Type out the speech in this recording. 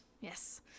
Yes